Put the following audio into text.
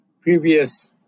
previous